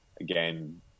again